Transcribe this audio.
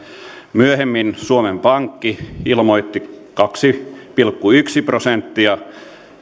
myöhemmin suomen pankki ilmoitti kaksi pilkku yksi prosenttia